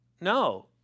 no